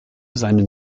seinen